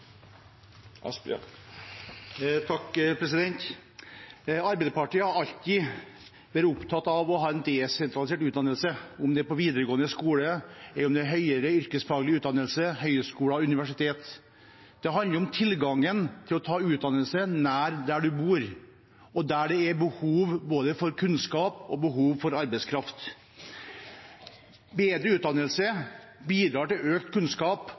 Arbeiderpartiet har alltid vært opptatt av å ha en desentralisert utdannelse, om det er på videregående skole, høyere yrkesfaglig utdannelse, høyskole eller universitet. Det handler om tilgangen til å ta utdannelse nær der man bor, og der det er behov for både kunnskap og arbeidskraft. Bedre utdannelse bidrar til økt kunnskap.